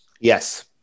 Yes